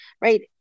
Right